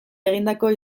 egindako